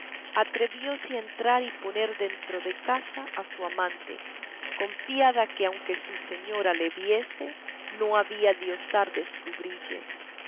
atrevióse a entrar y poner dentro de casa a su amante confiada que aunque su señora le viese no había de osar descubrille que